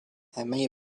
همه